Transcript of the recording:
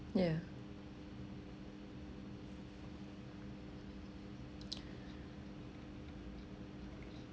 yeah